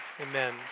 Amen